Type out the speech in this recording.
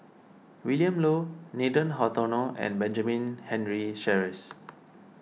Willin Low Nathan Hartono and Benjamin Henry Sheares